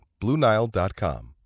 BlueNile.com